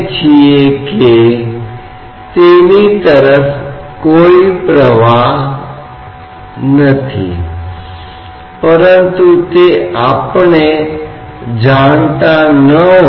इसलिए यदि इसे एक संदर्भ के रूप में लिया जाता है तो उदाहरण के रूप में p 0 के बराबर है